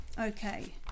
Okay